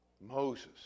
Moses